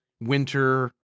winter